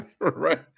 right